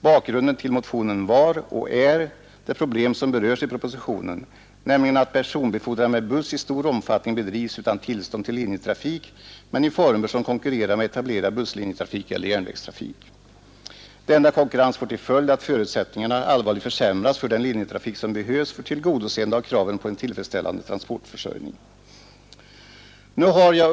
Bakgrunden till motionen var — och är — det problem som berörs i propositionen, nämligen att personbefordran med buss i stor omfattning bedrivs utan tillstånd till linjetrafik men i former som konkurrerar med etablerad busslinjetrafik eller järnvägstrafik. Denna konkurrens får till följd att förutsättningarna allvarligt försämras för den linjetrafik som behövs för tillgodoseende av kraven på en tillfredsställande transportförsörjning.